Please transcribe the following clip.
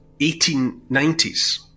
1890s